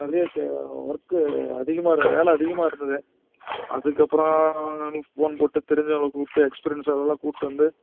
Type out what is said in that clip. என்னது இது ஒர்க் அதிகமாக வேலை அதிகமாக இருந்தது அதுக்கப்புறம் அன்னக்கு ஃபோன் போட்டு தெரிஞ்சவங்களை கூப்பிட்டு எக்ஸ்பீரியன்ஸ் ஆளெல்லாம் கூப்பிட்டு வந்து